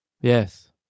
Yes